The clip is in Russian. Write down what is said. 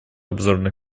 обзорной